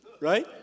Right